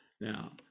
Now